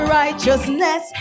righteousness